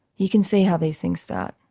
you can see how these things start.